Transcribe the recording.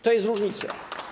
To jest różnica.